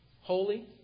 Holy